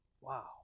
Wow